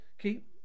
Keep